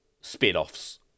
spin-offs